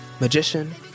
magician